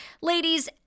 ladies